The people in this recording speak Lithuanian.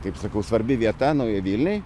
taip sakau svarbi vieta naujai vilniai